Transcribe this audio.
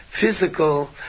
physical